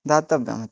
दातव्यमति